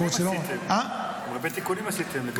הרבה תיקונים עשיתם.